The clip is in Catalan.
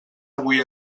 avui